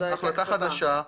החלטה חדשה.